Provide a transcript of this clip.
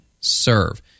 serve